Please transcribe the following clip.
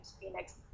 Phoenix